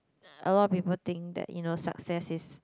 a lot people think that you know success is